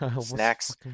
snacks